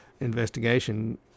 investigation